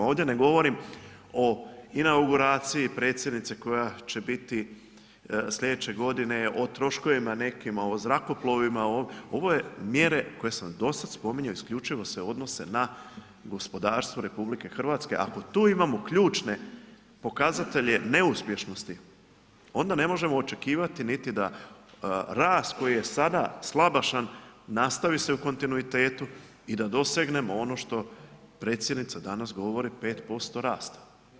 Ovdje ne govorim o inauguraciji predsjednice koja će biti sljedeće godine, o troškovima nekim, o zrakoplovima, ovo je mjere koje sam dosad spominjao isključivo se odnose na gospodarstvo RH, ako tu imamo ključne pokazatelje neuspješnosti, onda ne možemo očekivati niti da rast koji je sada slabašan, nastavi se u kontinuitetu i da dosegnemo ono što predsjednica danas govori 5% rasta.